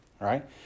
right